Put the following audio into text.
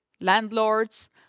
landlords